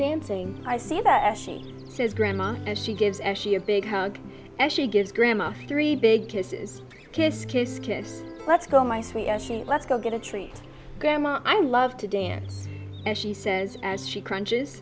dancing i see that she says grandma and she gives and she a big hug and she gives grandma three big kisses kiss kiss kiss let's go my sweet let's go get a treat grandma i love to dance and she says as she crunches